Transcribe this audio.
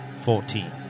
Fourteen